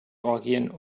orgien